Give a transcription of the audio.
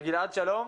גלעד שלום,